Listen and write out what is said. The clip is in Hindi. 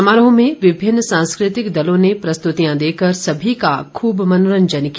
समारोह में विभिन्न सांस्कृतिक दलों ने प्रस्तुतियां देकर सभी का खूब मनोरंजन किया